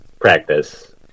practice